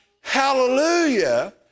hallelujah